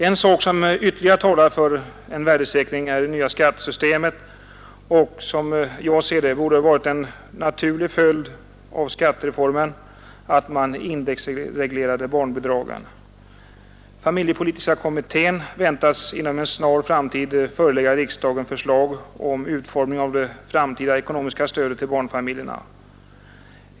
En sak som ytterligare talar för en värdesäkring är det nya skattesystemet, och som jag ser det borde en naturlig följd av skattereformen ha varit att man indexreglerat barnbidragen. Familjepolitiska kommittén väntas inom en snar framtid förelägga riksdagen förslag till utformning av det framtida ekonomiska stödet till barnfamiljerna.